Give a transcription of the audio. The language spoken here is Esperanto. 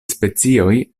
specioj